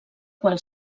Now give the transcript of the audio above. qual